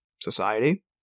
society